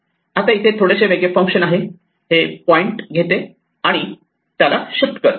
आता इथे थोडेसे वेगळे फंक्शन आहे हे पॉईंट घेते आणि त्याला शिफ्ट करते